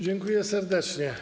Dziękuję serdecznie.